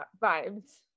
vibes